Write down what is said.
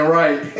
right